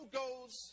goes